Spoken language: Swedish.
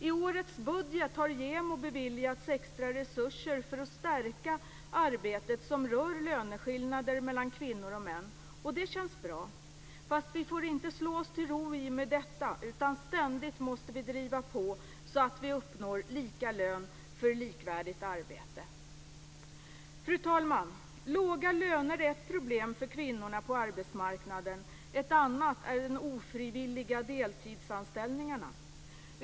I årets budget har JämO beviljats extra resurser för att stärka arbetet som rör löneskillnader mellan kvinnor och män. Det känns bra. Fast vi får inte slå oss till ro i och med detta, utan ständigt måste vi driva på så att vi uppnår lika lön för likvärdigt arbete. Fru talman! Låga löner är ett problem för kvinnorna på arbetsmarknaden, ett annat är de ofrivilliga deltidsanställningarna.